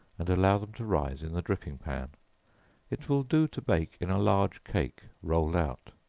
and allow them to rise in the dripping-pan. it will do to bake in a large cake rolled out.